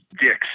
dicks